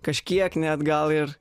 kažkiek net gal ir